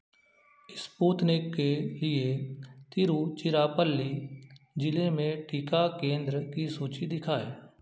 Sputnik के लिए तिरुचिरापल्ली जिले में टीका केंद्र की सूची दिखाएँ